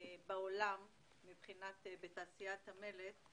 בעולם בתעשיית המלט,